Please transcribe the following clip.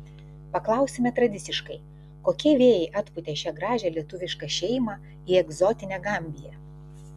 paklausime tradiciškai kokie vėjai atpūtė šią gražią lietuvišką šeimą į egzotinę gambiją